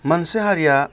मोनसे हारिया